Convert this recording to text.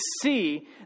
see